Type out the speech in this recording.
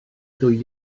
dwy